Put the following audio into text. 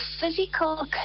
physical